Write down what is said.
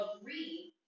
agree